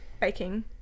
baking